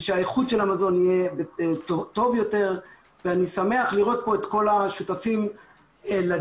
ושהאיכות של המזון יהיה טוב יותר ואני שמח לראות פה את כל השותפים לדיון